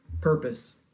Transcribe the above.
Purpose